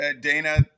Dana